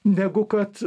negu kad